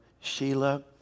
Sheila